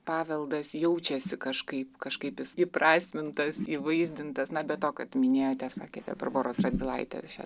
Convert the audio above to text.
paveldas jaučiasi kažkaip kažkaip jis įprasmintas įvaizdintas na be to kad minėjote sakėte barboros radvilaitės šią